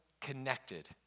connected